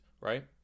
right